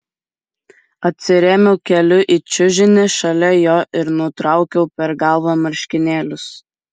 atsirėmiau keliu į čiužinį šalia jo ir nutraukiau per galvą marškinėlius